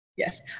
Yes